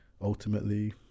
ultimately